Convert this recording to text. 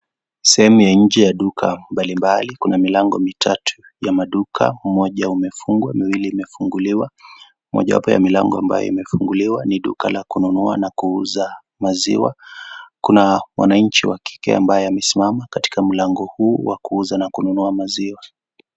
Sehemu ya nje ya duka mbali kuna milango mitatu ya maduka moja umefungwa miwili imefunguliwa mojawapo ya milango ambapo moja ni duka la kununua na kuuza maziwa kuna wananchi wa kike ambaye amesimama mlango huu wa kuuza na kununua maziwa.